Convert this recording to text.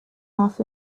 off